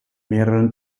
mehreren